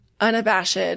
unabashed